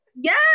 yes